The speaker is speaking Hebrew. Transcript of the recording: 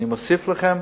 אני מוסיף לכם: